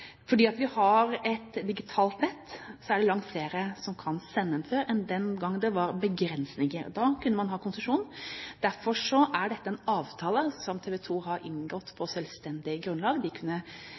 Fordi vi har et digitalt nett, er det langt flere som kan sende enn før, den gang det var begrensninger. Da kunne man ha konsesjon. Derfor er dette en avtale som TV 2 har inngått på